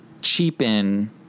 Cheapen